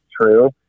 true